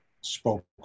spoke